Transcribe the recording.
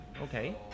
okay